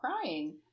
crying